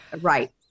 right